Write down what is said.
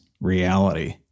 reality